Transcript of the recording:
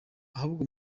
ahubwo